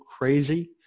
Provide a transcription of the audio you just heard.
crazy